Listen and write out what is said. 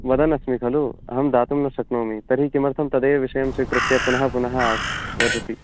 वदन् अस्मिन् खलु अहं दातुं न शक्नोमि तर्हि किमर्थं तदेव विषयं स्वीकृत्य पुनः पुनः वदति